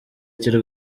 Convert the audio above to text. cy’u